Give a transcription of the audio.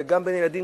הם גם בין ילדים,